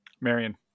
Marion